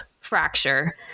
fracture